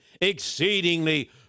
exceedingly